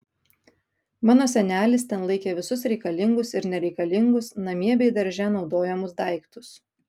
mano senelis ten laikė visus reikalingus ir nereikalingus namie bei darže naudojamus daiktus